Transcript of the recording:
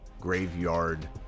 Graveyard